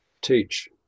teach